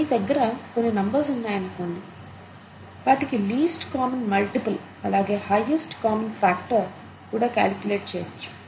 మీ దగ్గర కొన్ని నంబర్స్ ఉన్నాయనుకోండి వాటికి లీస్ట్ కామన్ మల్టిపుల్ అలాగే హైయెస్ట్ కామన్ ఫాక్టర్ కూడా కాలిక్యులేట్ చేయవచ్చు